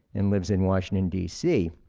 and lives in washington, dc.